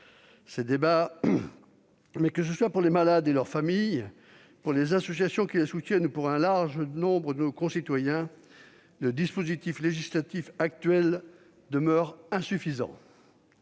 en 2005 et en 2016. Mais pour les malades et leurs familles, pour les associations qui les soutiennent et pour un grand nombre de nos concitoyens, le dispositif législatif actuel demeure insuffisant.